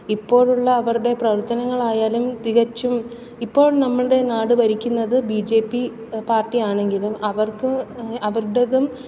ഇപ്പോഴുള്ള അവരുടെ പ്രവർത്തനങ്ങളായാലും തികച്ചും ഇപ്പോൾ നമ്മളുടെ നാട് ഭരിക്കുന്നത് ബി ജെ പി പാർട്ടിയാണെങ്കിലും അവർക്ക് അവരുടേതും